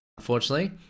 Unfortunately